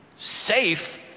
Safe